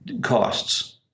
costs